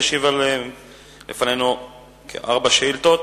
לפנינו כארבע שאילתות.